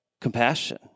compassion